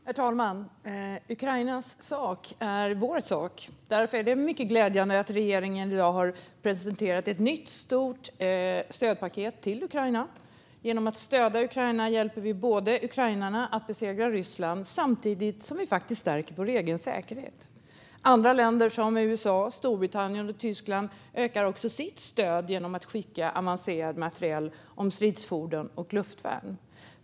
Herr talman! Ukrainas sak är vår sak. Därför är det mycket glädjande att regeringen i dag har presenterat ett nytt stort stödpaket till Ukraina. Genom att stödja Ukraina hjälper vi ukrainarna att besegra Ryssland samtidigt som vi faktiskt stärker vår egen säkerhet. Andra länder, som USA, Storbritannien och Tyskland, ökar också sitt stöd genom att skicka avancerad materiel i form av stridsfordon och luftvärn.